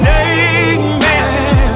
amen